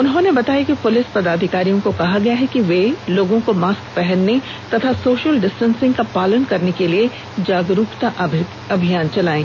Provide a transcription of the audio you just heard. उन्होंने बताया कि पुलिस पदाधिकारियों को कहा गया है कि वे लोगों को मास्क पहनने तथा सोशल डिस्टेंसिंग का पालन करने के लिए जागरुकता अभियान चलाएं